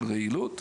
של רעילות,